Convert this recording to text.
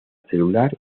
celular